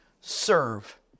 serve